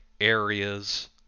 areas